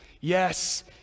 Yes